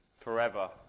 forever